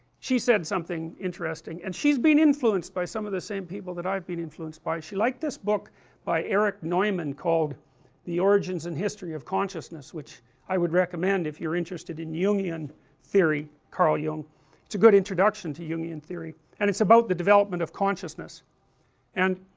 she said something interesting, and she has been influenced by some of the same people i have been influenced by, she liked this book by erich neumann called the origins and history of consciousness which i would recommend if you are interested in jungian theory, carl jung it's a good introduction to jungian theory and it's about the development of consciousness and,